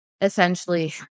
essentially